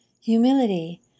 Humility